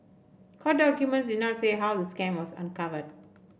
court documents did not say how the scam was uncovered